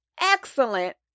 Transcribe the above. excellent